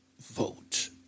vote